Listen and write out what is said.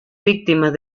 víctimas